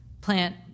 plant